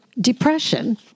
depression